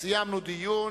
דיון